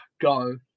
go